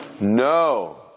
No